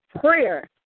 prayer